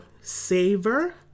savor